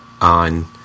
on